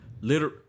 liter